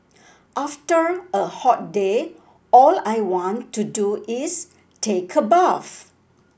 after a hot day all I want to do is take a bath